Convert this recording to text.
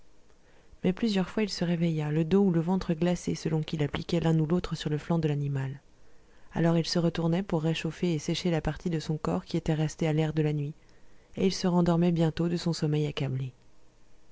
mais plusieurs fois il se réveilla le dos ou le ventre glacé selon qu'il appliquait l'un ou l'autre sur le flanc de l'animal alors il se retournait pour réchauffer et sécher la partie de son corps qui était restée à l'air de la nuit et il se rendormait bientôt de son sommeil accablé